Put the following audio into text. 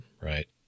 right